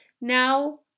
now